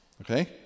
Okay